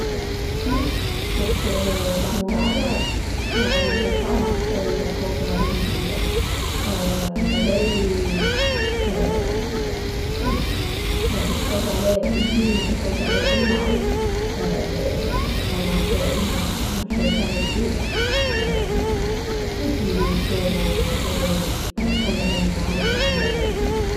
Si perché la murala l'e pa mach 'na coza religiuza. Savei coza al e ël bin e coza al e ël mal l'e l'e pa mach üna scelta religiuza tüti devu savei coza al e ël mal e coza al e ël bin